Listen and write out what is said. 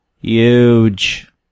Huge